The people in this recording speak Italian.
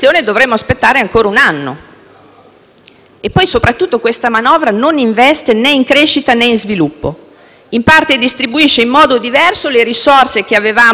anno. Soprattutto poi questa manovra non investe né in crescita né in sviluppo; in parte distribuisce in modo diverso le risorse che avevamo stanziato con i nostri Governi a